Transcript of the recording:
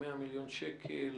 כ-100 מיליון שקל,